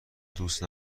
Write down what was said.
دوست